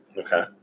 Okay